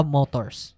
Motors